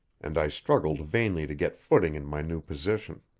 and i struggled vainly to get footing in my new position.